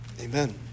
Amen